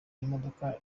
imodoka